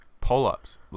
pull-ups